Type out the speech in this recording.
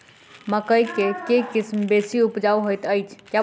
मकई केँ के किसिम बेसी उपजाउ हएत अछि?